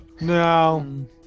no